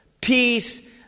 Peace